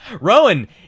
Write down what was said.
Rowan